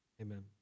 Amen